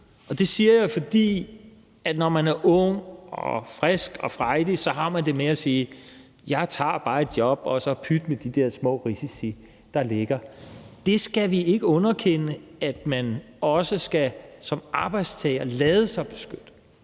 Det siger jeg, fordi man, når man er ung og frisk og frejdig, har det med at sige: Jeg tager bare et job, og pyt med de der små risici, der er. Vi skal ikke underkende, at man også selv som arbejdstager skal lade sig beskytte.